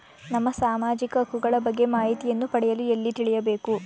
ನಮ್ಮ ಸಾಮಾಜಿಕ ಹಕ್ಕುಗಳ ಬಗ್ಗೆ ಮಾಹಿತಿಯನ್ನು ಪಡೆಯಲು ಎಲ್ಲಿ ತಿಳಿಯಬೇಕು?